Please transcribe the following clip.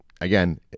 again